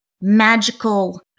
magical